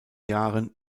jahren